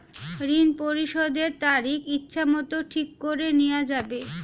ঋণ পরিশোধের তারিখ ইচ্ছামত ঠিক করে নেওয়া যাবে?